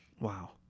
Wow